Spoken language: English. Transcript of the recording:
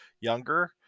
younger